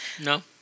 No